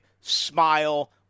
smile